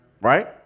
right